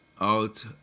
out